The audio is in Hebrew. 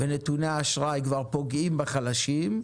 ונתוני האשראי כבר פוגעים בחלשים.